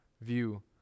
view